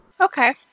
okay